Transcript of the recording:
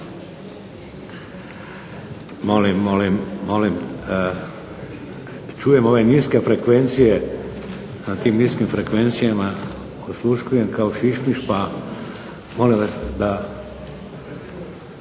Vladimir (HDZ)** Molim, čujem ove niske frekvencije, na tim niskim frekvencijama osluškujem kao šišmiš pa vas molim